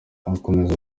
akomeza